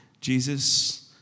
Jesus